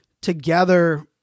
together